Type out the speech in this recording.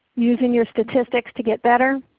using your statistics to get better,